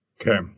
Okay